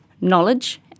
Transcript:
knowledge